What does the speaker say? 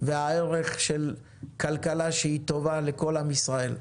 והערך של כלכלה שהיא טובה לכל עם ישראל.